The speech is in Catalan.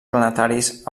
planetaris